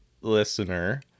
listener